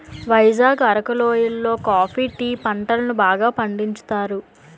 వైజాగ్ అరకు లోయి లో coffee tea పంటలను బాగా పండించుతారు